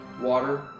water